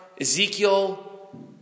Ezekiel